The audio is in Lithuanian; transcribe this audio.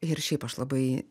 ir šiaip aš labai